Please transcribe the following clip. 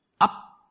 Up